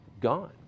gone